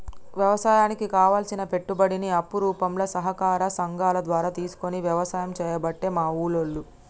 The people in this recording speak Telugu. వ్యవసాయానికి కావలసిన పెట్టుబడిని అప్పు రూపంల సహకార సంగాల ద్వారా తీసుకొని వ్యసాయం చేయబట్టే మా ఉల్లోళ్ళు